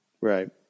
Right